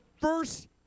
first